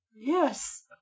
Yes